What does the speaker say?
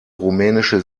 rumänische